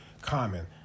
common